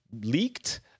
leaked